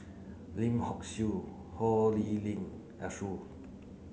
Lim Hock Siew Ho Lee Ling Arasu